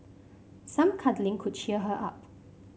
some cuddling could cheer her up